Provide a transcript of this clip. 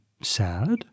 sad